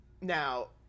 Now